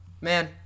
man